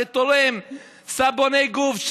שתורם סבוני גוף,